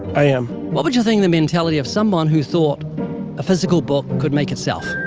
i am. what would you think of the mentality of someone who thought a physical book could make itself?